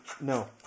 No